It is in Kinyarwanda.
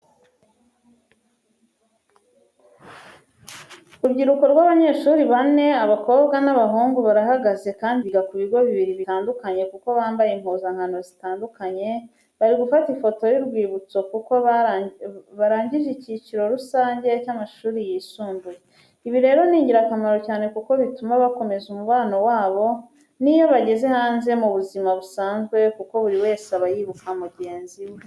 Urubyiruko rw'abanyeshuri bane abakobwa n'abahungu barahagaze, kandi biga ku bigo bibiri bitandukanye kuko bambaye impuzankano zitandukanye, bari gufata ifoto y'urwibutso kuko barangije icyiciro rusange cy'amashuri yisumbuye. Ibi rero ni ingirakamaro cyane kuko bituma bakomeza umubano wabo n'iyo bageze hanze mu buzima busanzwe kuko buri wese aba yibuka mugenzi we.